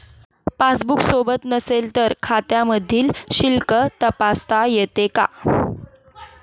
Passbook सोबत नसेल तर खात्यामधील शिल्लक तपासता येते का?